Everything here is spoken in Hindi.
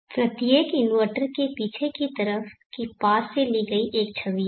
यह प्रत्येक इन्वर्टर के पीछे की तरफ की पास ली गई एक छवि है